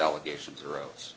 allegations arose